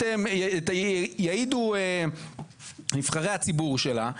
ויעידו נבחרי הציבור שלה,